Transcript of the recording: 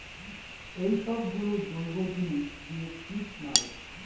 এইসব গুলো জৈব জিনিস দিয়ে কীট মারে